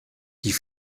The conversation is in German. die